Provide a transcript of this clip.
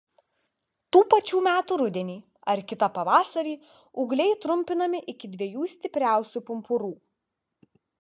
tų pačių metų rudenį ar kitą pavasarį ūgliai trumpinami iki dviejų stipriausių pumpurų